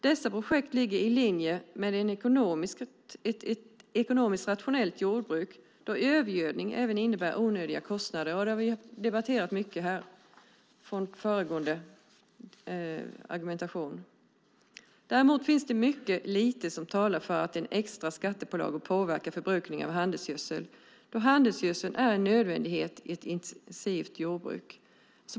Dessa projekt ligger i linje med ett ekonomiskt rationellt jordbruk då övergödning även innebär onödiga kostnader. Det har vi debatterat mycket här. Däremot finns mycket lite som talar för att en extra skattepålaga påverkar förbrukningen av handelsgödsel då handelsgödsel är en nödvändighet i ett intensivt jordbruk.